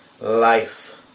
life